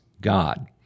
God